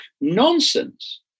nonsense